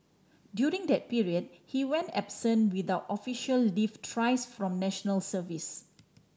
during that period he went absent without official leave thrice from National Service